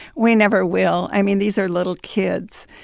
we never will. i mean, these are little kids,